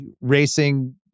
racing